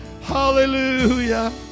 hallelujah